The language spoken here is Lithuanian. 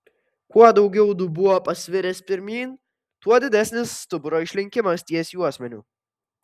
kuo daugiau dubuo pasviręs pirmyn tuo didesnis stuburo išlinkimas ties juosmeniu